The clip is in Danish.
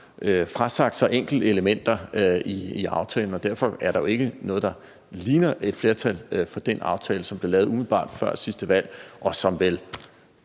frasagt sig enkeltelementer i aftalen. Derfor er der jo ikke noget, der ligner et flertal for den aftale, som blev lavet umiddelbart før sidste valg, og som vel